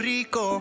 Rico